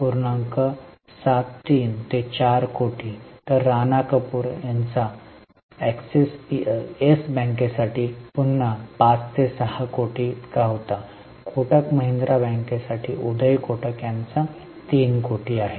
73 4 कोटी राणा कपूर यांचा येस बँकेसाठी पुन्हा 5 ते 6 कोटी आहे कोटक महिंद्रा बँकेसाठी उदय कोटक यांचा 3 कोटी आहे